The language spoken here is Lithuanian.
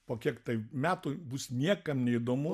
po kiek tai metų bus niekam neįdomu